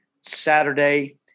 Saturday